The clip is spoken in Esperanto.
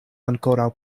ankoraŭ